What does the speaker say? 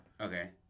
Okay